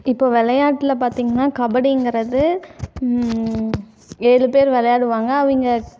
இப்போ விளையாட்டுல பார்த்திங்கன்னா கபடிங்கறது ஏழு பேர் விளையாடுவாங்க அவங்க